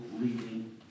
reading